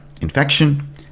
infection